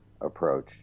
approach